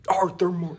Arthur